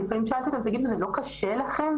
לפעמים שאלתי אותן, תגידו זה לא קשה לכן?